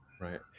right